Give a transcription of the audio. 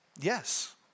Yes